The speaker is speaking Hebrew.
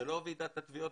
זאת לא ועידת התביעות.